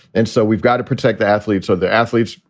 and so we've got to protect the athletes or the athletes.